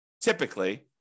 typically